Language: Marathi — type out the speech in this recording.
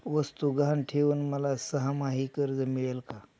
वस्तू गहाण ठेवून मला सहामाही कर्ज मिळेल का?